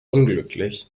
unglücklich